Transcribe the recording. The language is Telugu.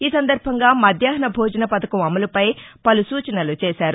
ఈసందర్బంగా మధ్యాహ్న భోజన పథకం అమలుపై పలు సూచనలు చేశారు